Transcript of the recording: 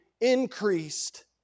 increased